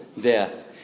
death